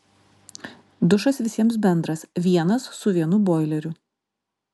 dušas visiems bendras vienas su vienu boileriu